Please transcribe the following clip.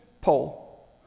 poll